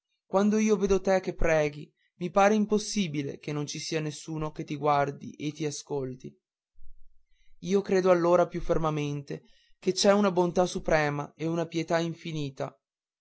quando io vedo te che preghi mi pare impossibile che non ci sia nessuno che ti guardi e ti ascolti io credo allora più fermamente che c'è una bontà suprema e una pietà infinita